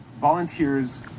volunteers